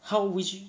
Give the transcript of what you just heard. how which